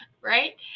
Right